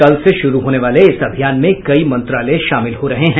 कल से शुरू होने वाले इस अभियान में कई मंत्रालय शामिल हो रहे हैं